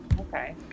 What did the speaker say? okay